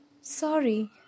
sorry